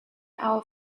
our